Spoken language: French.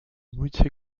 moutier